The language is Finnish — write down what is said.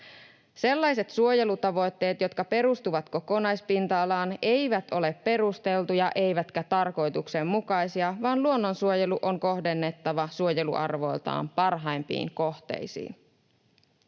Sellaiset suojelutavoitteet, jotka perustuvat kokonaispinta-alaan, eivät ole perusteltuja eivätkä tarkoituksenmukaisia, vaan luonnonsuojelu on kohdennettava suojeluarvoiltaan parhaimpiin kohteisiin.